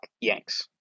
Yanks